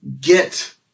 get